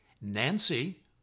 Nancy